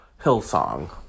Hillsong